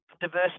diverse